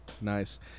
Nice